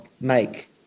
make